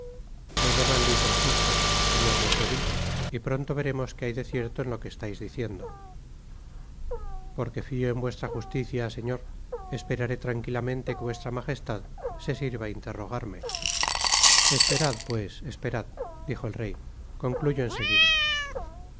me llaman luis el justo señor de treville y pronto veremos que hay de cierto en lo que estais diciendo porque fio en vuestra justicia señor esperaré tranquilamente que vuestra magestad se sirva interrogarme esperad pues esperad dijo el rey concluyo enseguida